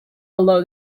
below